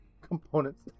components